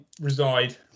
reside